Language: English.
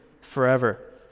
forever